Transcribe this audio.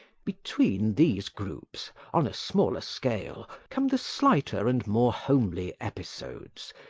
between these groups, on a smaller scale, come the slighter and more homely episodes,